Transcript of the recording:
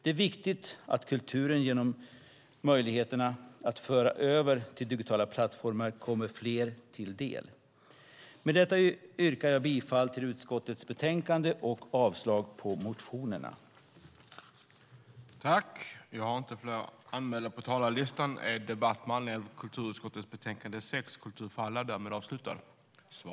Det är viktigt att kulturen genom möjligheterna att föra över till digitala plattformar kommer fler till del. Med detta yrkar jag bifall till utskottets förslag i betänkandet och avslag på motionerna.